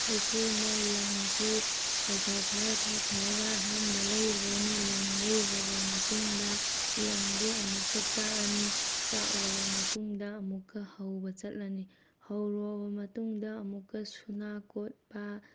ꯑꯩꯈꯣꯏꯅ ꯂꯪꯁꯤ ꯄꯩꯁꯥ ꯈꯔ ꯊꯥꯊꯔꯒ ꯑꯍꯥꯟꯕ ꯂꯩꯔꯨꯔꯅꯤ ꯂꯪ ꯂꯩꯔꯨꯔꯕ ꯃꯇꯨꯡꯗ ꯂꯪꯗꯣ ꯑꯃꯨꯛꯀ ꯆꯥꯛꯑꯅꯤ ꯆꯥꯛꯎꯔꯕ ꯃꯇꯨꯡꯗ ꯑꯃꯨꯛꯀ ꯍꯧꯕ ꯆꯠꯂꯅꯤ ꯍꯧꯔꯨꯔꯕ ꯃꯇꯨꯡꯗ ꯑꯃꯨꯛꯀ ꯁꯨꯅꯥ ꯀꯣꯠꯄ